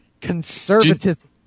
Conservatism